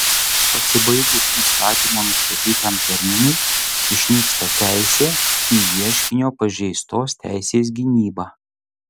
pasibaigus įstatymo nustatytam terminui išnyksta teisė į ieškinio pažeistos teisės gynybą